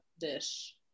dish